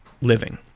living